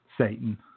Satan